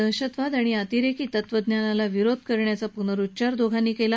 दहशतवाद आणि अतिरेकी तत्त्वज्ञानाला विरोध करण्याचा पुनरुच्चार दोघांनी केला